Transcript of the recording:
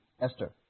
Esther